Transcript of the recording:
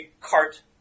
cart